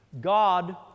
God